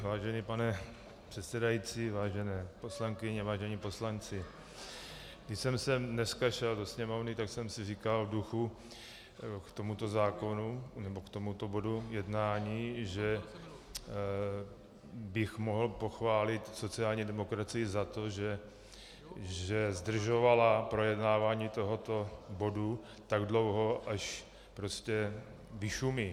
Vážený pane předsedající, vážené poslankyně, vážení poslanci, když jsem sem dneska šel do Sněmovny, tak jsem si v duchu říkal k tomuto zákonu nebo k tomuto bodu jednání, že bych mohl pochválit sociální demokracii za to, že zdržovala projednávání tohoto bodu tak dlouho, až prostě vyšumí.